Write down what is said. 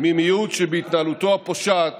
ממיעוט שבהתנהלותו הפושעת